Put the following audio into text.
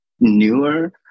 Newer